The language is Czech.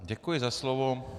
Děkuji za slovo.